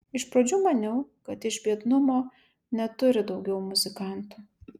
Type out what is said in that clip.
iš pradžių maniau kad iš biednumo neturi daugiau muzikantų